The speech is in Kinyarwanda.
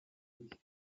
iki